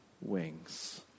wings